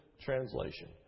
translation